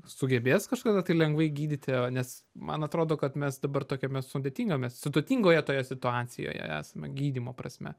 sugebės kažkada tai lengvai gydyti a nes man atrodo kad mes dabar tokiame sudėtingame sudėtingoje toje situacijoje esame gydymo prasme